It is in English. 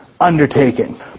Undertaking